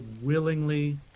willingly